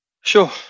Sure